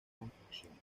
construcciones